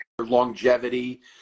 longevity